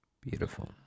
Beautiful